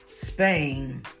Spain